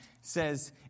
says